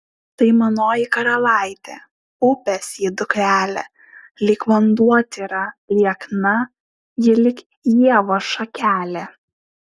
tai manoji karalaitė upės ji dukrelė lyg vanduo tyra liekna ji lyg ievos šakelė